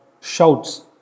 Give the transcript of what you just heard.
shouts